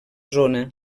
zona